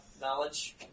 knowledge